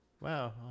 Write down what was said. Wow